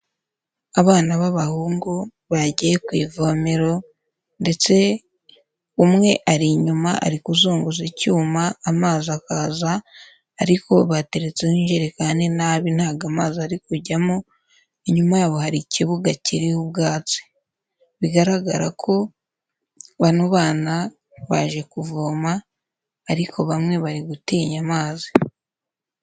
Abana b'abahungu bagiye ku ivomero ndetse umwe ari inyuma ari kuzunguza icyuma amazi akaza, ariko bateretseho injerekani nabi ntabwo amazi ari kujyamo, inyuma yabo hari ikibuga kiriho ubwatsi. Bigaragara ko bano bana baje kuvoma ariko bamwe bari gutinya amazi.